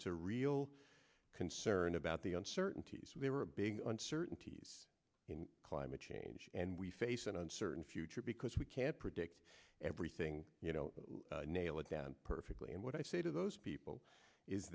it's a real concern about the uncertainties there were big uncertainties in climate change and we face an uncertain future because we can't predict everything you know nail it down perfectly and what i say to those people is